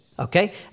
Okay